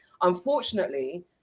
Unfortunately